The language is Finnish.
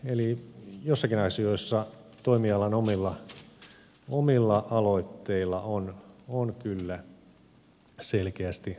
eli joissakin asioissa toimialan omilla aloitteilla on kyllä selkeästi vaikutusta